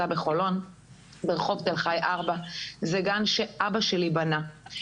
בחולון ברחוב תל חי 4. זה גן שאבא שלי בנה.